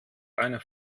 einer